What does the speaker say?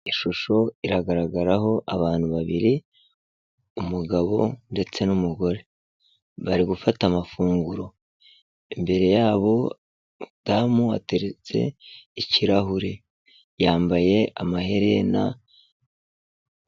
Ishusho iragaragaraho abantu babiri umugabo ndetse n'umugore bari gufata amafunguro, imbere yabo umudamu yateretse ikirahure yambaye amaherena.